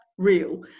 Real